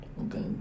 okay